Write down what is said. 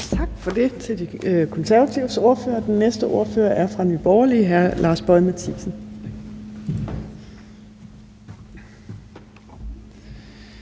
Tak for det til De Konservatives ordfører. Den næste ordfører er hr. Lars Boje Mathiesen